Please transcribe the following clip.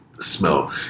smell